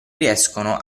riescono